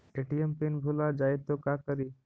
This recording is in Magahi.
ए.टी.एम पिन भुला जाए तो का करी?